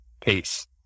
peace